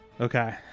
Okay